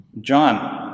John